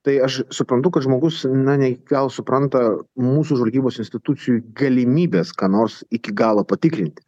tai aš suprantu kad žmogus na ne iki galo supranta mūsų žvalgybos institucijų galimybes ką nors iki galo patikrinti